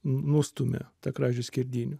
nustumia tą kražių skerdynių